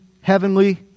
heavenly